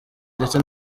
ndetse